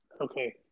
Okay